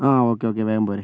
ആ okay okay വേഗം പോര്